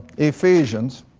ephesians